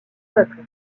peuple